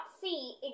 see